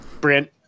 Brent